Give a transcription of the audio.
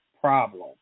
problem